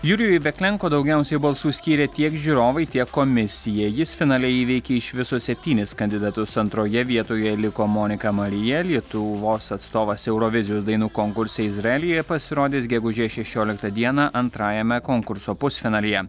jurijui veklenko daugiausiai balsų skyrė tiek žiūrovai tiek komisija jis finale įveikė iš viso septynis kandidatus antroje vietoje liko monika marija lietuvos atstovas eurovizijos dainų konkurse izraelyje pasirodys gegužės šešioliktą dieną antrajame konkurso pusfinalyje